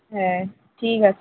হ্যাঁ ঠিক আছে